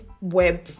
web